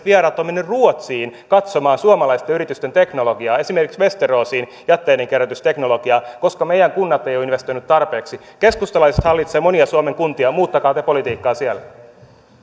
vieraat ovat menneet ruotsiin katsomaan suomalaisten yritysten teknologiaa esimerkiksi västeråsiin jätteidenkierrätysteknologiaa koska meidän kunnat eivät ole investoineet tarpeeksi keskustalaiset hallitsevat monia suomen kuntia muuttakaa te politiikkaa siellä